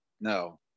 no